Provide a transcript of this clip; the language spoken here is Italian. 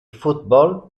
football